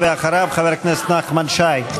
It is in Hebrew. אחריו, חבר הכנסת נחמן שי.